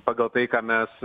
pagal tai ką mes